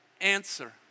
answer